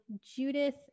Judith